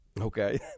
Okay